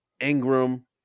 Ingram